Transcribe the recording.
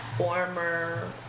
former